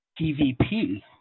pvp